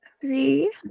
three